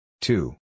Two